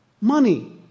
Money